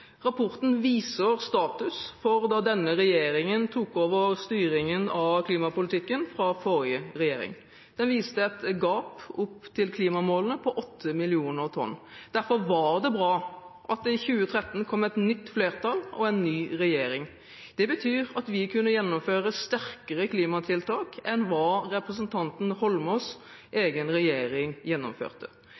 Rapporten viser status for da denne regjeringen tok over styringen av klimapolitikken fra forrige regjering. Den viste et gap opp til klimamålene på 8 millioner tonn. Derfor var det bra at det i 2013 kom et nytt flertall og en ny regjering. Det betyr at vi kunne gjennomføre sterkere klimatiltak enn hva representanten Holmås’ egen regjering gjennomførte.